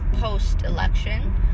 post-election